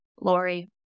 Lori